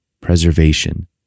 preservation